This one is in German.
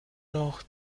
noch